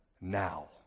now